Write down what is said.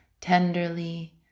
tenderly